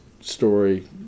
story